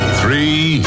three